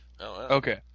Okay